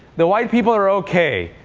the white people are ok.